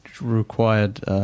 required